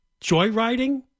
joyriding